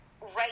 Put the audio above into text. right